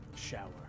Shower